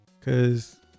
cause